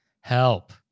Help